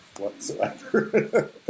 whatsoever